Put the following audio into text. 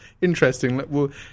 interesting